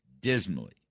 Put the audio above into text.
dismally